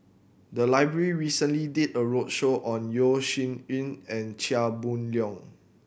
the library recently did a roadshow on Yeo Shih Yun and Chia Boon Leong